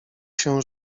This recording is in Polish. się